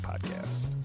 Podcast